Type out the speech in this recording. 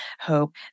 hope